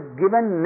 given